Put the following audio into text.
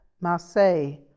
Marseille